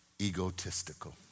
egotistical